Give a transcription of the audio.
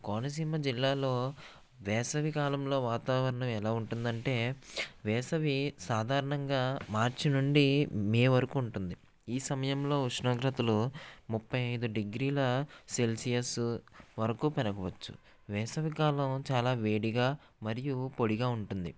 కోనసీమ జిల్లాలో వేసవికాలంలో వాతావరణం ఎలా ఉంటుంది అంటే వేసవి సాధారణంగా మార్చు నుండి మే వరకు ఉంటుంది ఈ సమయంలో ఉష్ణోగ్రతలు ముప్పై ఐదు డిగ్రీల సెల్సియస్సు వరకు పెరగవచ్చు వేసవి కాలం చాలా వేడిగా మరియు పొడిగా ఉంటుంది